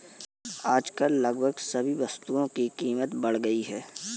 आजकल लगभग सभी वस्तुओं की कीमत बढ़ गई है